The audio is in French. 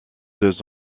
deux